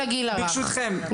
ברשותכם,